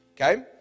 Okay